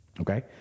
okay